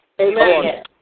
Amen